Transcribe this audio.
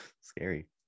scary